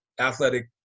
athletic